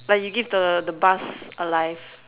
like you give the the bus a life